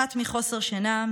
אחת מחוסר שינה,